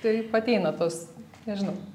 taip ateina tos nežinau